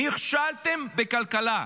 נכשלתם בכלכלה.